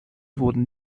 wurden